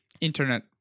internet